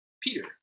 Peter